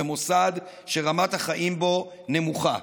במוסד שרמת החיים בו נמוכה.